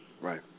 Right